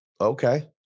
Okay